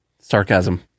sarcasm